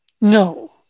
No